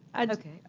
okay